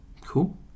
Cool